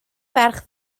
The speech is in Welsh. ferch